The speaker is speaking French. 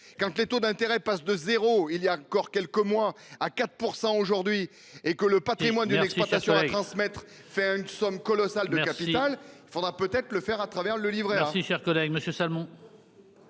quand les taux d'intérêt passe de 0 il y a encore quelques mois à 4% aujourd'hui et que le Patrimoine d'une exploitation à transmettre. Faire une somme colossale de capital. Il faudra peut-être le faire à travers le.